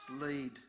lead